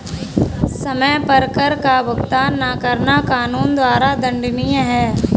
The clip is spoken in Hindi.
समय पर कर का भुगतान न करना कानून द्वारा दंडनीय है